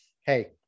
hey